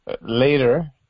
later